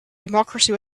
democracy